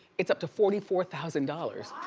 it's up to forty four thousand dollars.